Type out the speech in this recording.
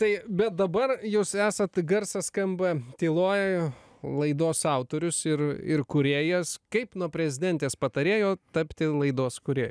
tai bet dabar jūs esat garsas skamba tyloj laidos autorius ir ir kūrėjas kaip nuo prezidentės patarėjo tapti laidos kūrėju